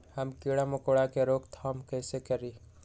हम किरा मकोरा के रोक थाम कईसे करी?